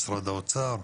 משרד האוצר,